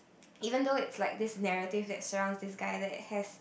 even though it's like this narrative that surrounds this guy that has